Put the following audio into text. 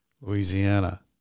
Louisiana